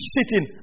sitting